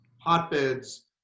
hotbeds